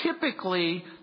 typically